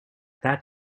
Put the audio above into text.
that